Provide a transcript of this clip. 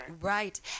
right